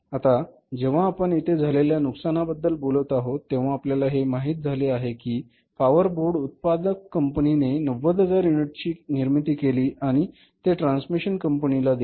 आता जेव्हा आपण येथे झालेल्या नुकसानाबद्दल बोलत आहोत तेव्हा आपल्याला हे माहित झाले की पॉवर बोर्ड उत्पादक कंपनीने 90000 युनिटची निर्मिती केली आणि ते ट्रान्समिशन कंपनीला दिली